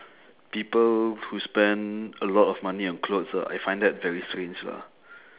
people who spend a lot of money on clothes ah I find that very strange lah